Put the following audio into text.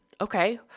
okay